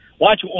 Watch